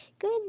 Good